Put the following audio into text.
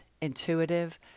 intuitive